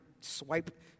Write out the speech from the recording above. swipe